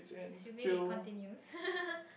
assuming it continues